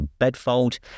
bedfold